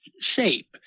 shape